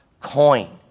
coin